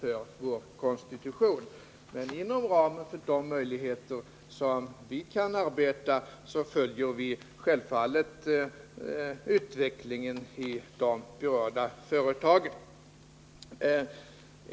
Jag vill emellertid framhålla att regeringen inom ramen för vad som i det här fallet gäller för våra möjligheter att arbeta självfallet följer utvecklingen i de berörda företagen.